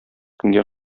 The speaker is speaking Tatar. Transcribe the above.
көнгә